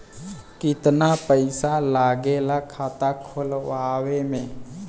कितना पैसा लागेला खाता खोलवावे में?